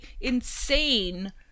insane